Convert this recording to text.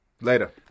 Later